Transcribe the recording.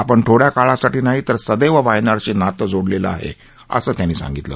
आपण थोड्या काळासाठी नाही तर सदैव वायनाडशी नातं जोडललीआहअिसं त्यांनी यावळी सांगितलं